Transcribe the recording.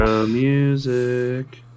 music